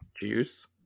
Juice